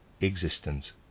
existence